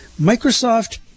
Microsoft